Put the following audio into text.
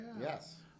Yes